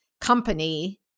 company